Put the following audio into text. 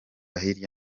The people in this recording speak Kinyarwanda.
hirya